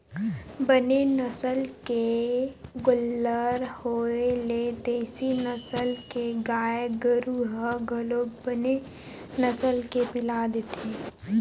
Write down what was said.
बने नसल के गोल्लर होय ले देसी नसल के गाय गरु ह घलोक बने नसल के पिला देथे